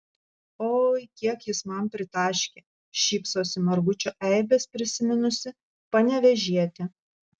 oi kiek jis man pritaškė šypsosi margučio eibes prisiminusi panevėžietė